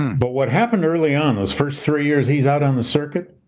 but what happened early on those first three years he's out on the circuit,